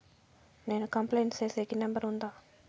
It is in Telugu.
నేను కంప్లైంట్ సేసేకి నెంబర్ ఉందా?